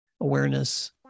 awareness